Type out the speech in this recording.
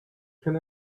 can